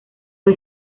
fue